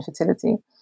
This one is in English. infertility